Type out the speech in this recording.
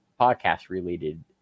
podcast-related